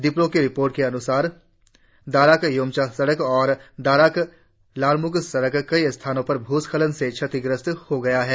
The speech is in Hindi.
डीपरो की एक रिपोर्ट में कहा गया है कि दाराक योमचा सड़क और दाराक लारमुक सड़क कई स्थानों पर भूस्खलन से क्षतिग्रस्त हो गया है